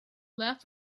left